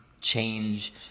change